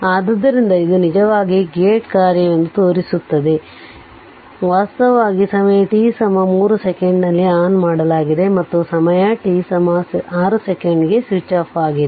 ಆದ್ದರಿಂದ ಇದು ನಿಜವಾಗಿ ಗೇಟ್ ಕಾರ್ಯವೆಂದು ತೋರುತ್ತಿದೆ ವಾಸ್ತವವಾಗಿ ಸಮಯ t 3 second ನಲ್ಲಿ ಆನ್ ಮಾಡಲಾಗಿದೆ ಮತ್ತು ಸಮಯ t 6 second ಗೆ ಸ್ವಿಚ್ ಆಫ್ ಆಗಿದೆ